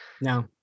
no